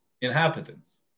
inhabitants